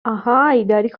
اهای، داری